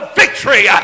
victory